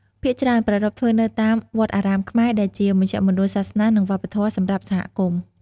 ភាគច្រើនប្រារព្ធធ្វើនៅតាម វត្តអារាមខ្មែរ ដែលជាមជ្ឈមណ្ឌលសាសនា និងវប្បធម៌សម្រាប់សហគមន៍។